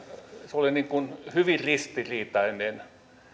oli hyvin ristiriitainen